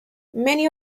many